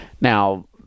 now